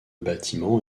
bâtiment